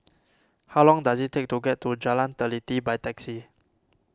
how long does it take to get to Jalan Teliti by taxi